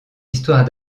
histoire